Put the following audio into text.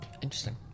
interesting